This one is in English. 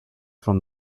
from